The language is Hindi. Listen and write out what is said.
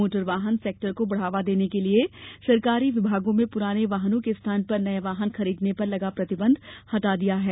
मोटर वाहन सेक्टर को बढ़ावा देने के लिए सरकारी विभागों में पुराने वाहनों के स्थान पर नए वाहन खरीदने पर लगा प्रतिबंध हटा लिया गया है